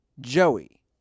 Joey